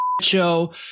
show